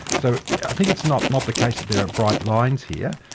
so i think it's not not the case that there are bright lines here.